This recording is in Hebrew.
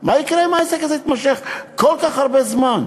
מה יקרה אם העסק הזה יימשך כל כך הרבה זמן?